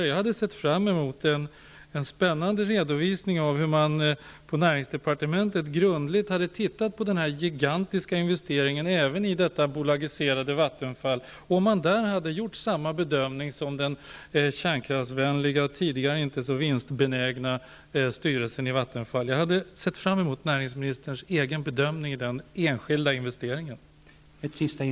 Jag hade sett fram emot en spännande redovisning av hur man på näringsdepartementet grundligt hade studerat denna gigantiska investering, även i det bolagiserade Vattenfall, och att få veta om man på departementet hade gjort samma bedömning som den kärnkraftsvänliga, tidigare inte så vinstbenägna styrelsen för Vattenfall. Jag hade sett fram emot att få höra näringsministerns egen bedömning när det gäller den enskilda investeringen.